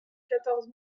quatorze